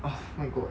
ah my god